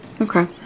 Okay